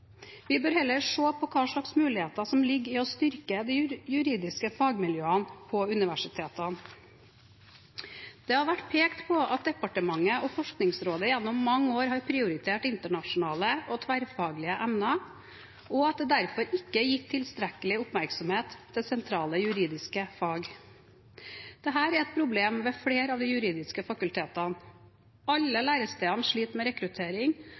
Vi bør heller se på hvilke muligheter som ligger i å styrke de juridiske fagmiljøene ved universitetene. Det har vært pekt på at departementet og Forskningsrådet gjennom mange år har prioritert internasjonale og tverrfaglige emner, og at sentrale juridiske fag derfor ikke er gitt tilstrekkelig oppmerksomhet. Dette er et problem ved flere av de juridiske fakultetene. Alle lærestedene sliter med rekruttering,